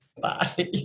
Bye